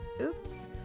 Oops